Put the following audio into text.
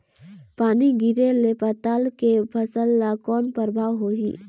पानी गिरे ले पताल के फसल ल कौन प्रभाव होही?